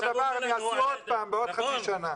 אותו דבר הם יעשו עוד פעם בעוד חצי שנה.